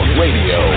radio